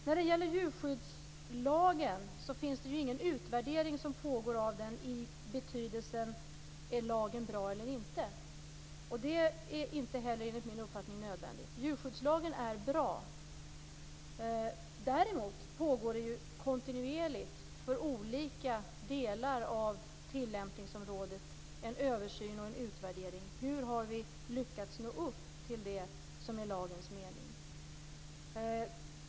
När det gäller djurskyddslagen vill jag säga att det inte pågår någon utvärdering av den i betydelsen: Är lagen bra eller inte? Det är inte heller nödvändigt enligt min uppfattning. Djurskyddslagen är bra. Däremot pågår det för olika delar av tillämpningsområdet kontinuerligt en översyn och en utvärdering av hur vi har lyckats nå upp till det som är lagens mening.